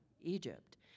Egypt